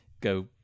go